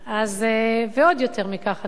ועוד יותר מכך אני אומר,